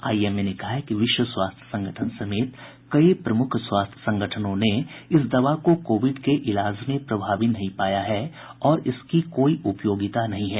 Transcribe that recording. IMA ने कहा कि विश्व स्वास्थ्य संगठन समेत कई प्रमुख स्वास्थ्य संगठनों ने इस दवा को कोविड के इलाज में प्रभावी नहीं पाया है और इसकी कोई उपयोगिता नहीं है